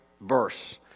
verse